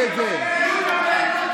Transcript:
איזה רבנים?